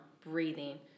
breathing